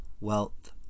wealth